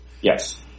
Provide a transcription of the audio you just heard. Yes